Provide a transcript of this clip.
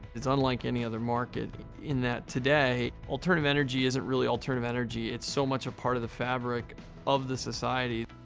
it's unlike any other market in that today, alternative energy isn't really alternative energy. it's so much a part of the fabric of the society.